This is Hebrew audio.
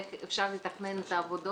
איך אפשר לתכנן את העבודות.